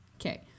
Okay